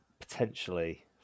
potentially